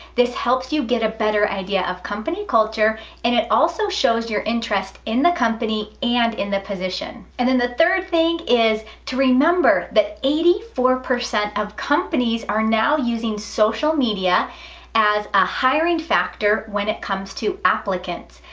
this helps you get a better idea of company culture and it also shows your interest in the company and in the position. and the third thing is to remember that eighty four percent of companies are now using social media as a hiring factor when it comes to applicants.